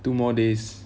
two more days